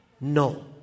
No